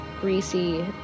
greasy